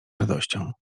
radością